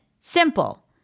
Simple